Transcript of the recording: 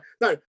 No